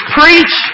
preach